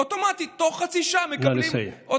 אוטומטית, תוך חצי שעה, נא לסיים.